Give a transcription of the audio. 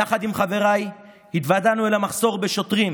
יחד עם חבריי, התוודענו אל המחסור בשוטרים,